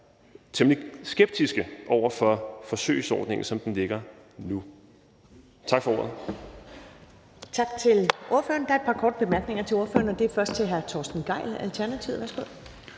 vi er temmelig skeptiske over for forsøgsordningen, som den ligger nu. Tak for ordet.